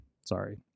Sorry